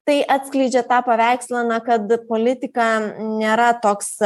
tai atskleidžia tą paveikslą na kad politikam nėra toks